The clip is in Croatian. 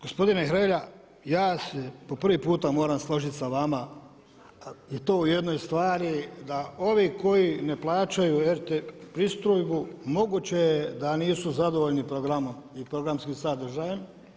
Gospodine Hrelja ja se po prvi puta moram složit sa vama i to u jednoj stvari da ovi koji ne plaćaju RTV pristojbu moguće je da nisu zadovoljni programom i programskim sadržajem.